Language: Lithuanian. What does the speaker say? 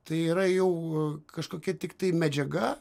tai yra jau kažkokia tiktai medžiaga